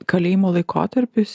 kalėjimo laikotarpis